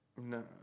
No